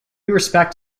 respect